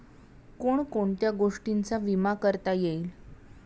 कोण कोणत्या गोष्टींचा विमा करता येईल?